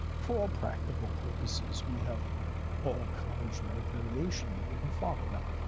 for all practical purposes, we have all common genetic variations that we can follow. now,